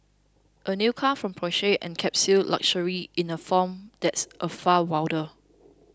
a new car from Porsche encapsulates luxury in a form that's a far wilder